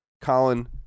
Colin